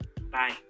bye